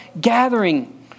gathering